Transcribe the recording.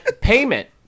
Payment